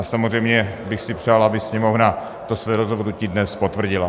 Samozřejmě bych si přál, aby Sněmovna své rozhodnutí dnes potvrdila.